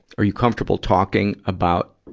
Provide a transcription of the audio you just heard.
are you comfortable talking about,